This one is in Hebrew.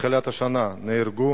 מתחילת השנה נהרגו